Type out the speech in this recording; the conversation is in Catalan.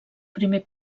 primer